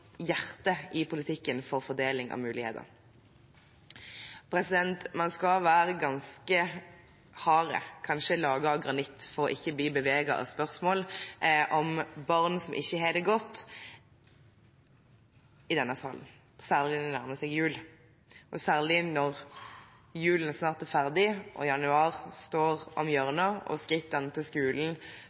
hjertet i politikken for fordeling av muligheter. Man skal være ganske hard, kanskje laget av granitt, for ikke å bli beveget av spørsmål i denne salen om barn som ikke har det godt, særlig når det nærmer seg jul, og særlig når julen snart er over, januar står om hjørnet og skrittene til skolen